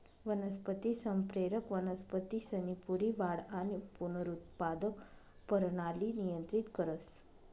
वनस्पती संप्रेरक वनस्पतीसनी पूरी वाढ आणि पुनरुत्पादक परणाली नियंत्रित करस